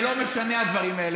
זה לא משנה, הדברים האלה.